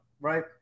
right